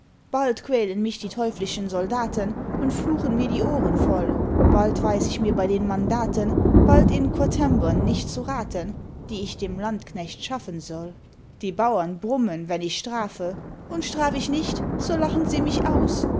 bald quälen mich die teuflischen soldaten und fluchen mir die ohren voll bald weiß ich mir bei den mandaten bald in quatembern nicht zu raten die ich dem landknecht schaffen soll die bauern brummen wenn ich strafe und straf ich nicht so lachen sie mich aus